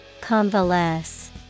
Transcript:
Convalesce